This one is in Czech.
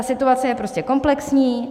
Situace je prostě komplexní.